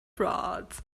frauds